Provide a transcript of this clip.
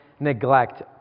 Neglect